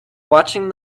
watching